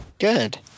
Good